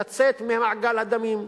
לצאת ממעגל הדמים,